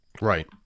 Right